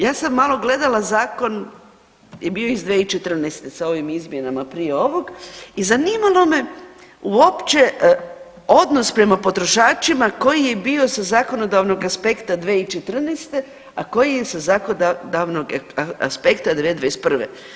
Ja sam malo gledala zakon i bio je iz 2014. sa ovim izmjenama prije ovog i zanimalo me uopće odnos prema potrošačima koji je bio sa zakonodavnog aspekta 2014. a koji je sa zakonodavnog aspekta 2021.